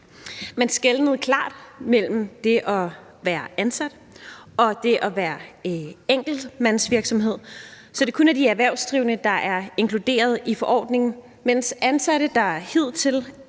Man skelnede klart mellem det at være ansat og det at være enkeltmandsvirksomhed, så det kun er de erhvervsdrivende, der er inkluderet i forordningen, mens ansatte, der hidtil